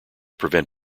prevent